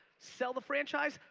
sell the franchise,